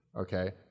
okay